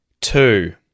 two